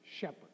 Shepherd